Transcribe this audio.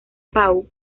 pau